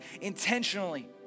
intentionally